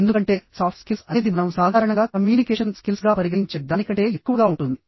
ఎందుకంటే soft skills అనేది మనం సాధారణంగా కమ్యూనికేషన్ స్కిల్స్గా పరిగణించే దానికంటే ఎక్కువగా ఉంటుంది